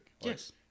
Yes